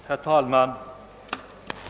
Herr talman!